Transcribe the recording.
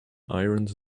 irons